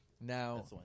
Now